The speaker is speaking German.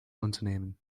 unternehmen